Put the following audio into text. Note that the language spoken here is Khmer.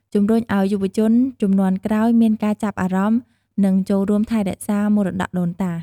ជម្រុញឱ្យយុវជនជំនាន់ក្រោយមានការចាប់អារម្មណ៍ និងចូលរួមថែរក្សាមរតកដូនតា។